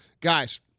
guys